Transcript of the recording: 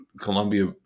Colombia